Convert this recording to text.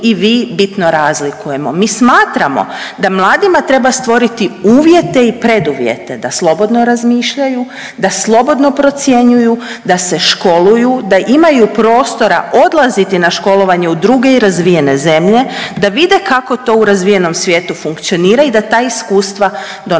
Mi smatramo da mladima treba stvoriti uvjete i preduvjete da slobodno razmišljaju, da slobodno procjenjuju, da se školuju, da imaju prostora odlaziti na školovanje u druge i razvijene zemlje, da vide kako to u razvijenom svijetu funkcionira i da ta iskustva donose